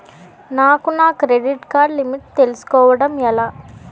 నాకు నా credit card limit తెలుసుకోవడం ఎలా?